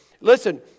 listen